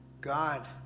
God